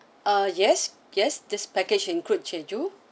uh yes yes this package include schedule